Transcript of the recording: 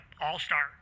all-star